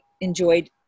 enjoyed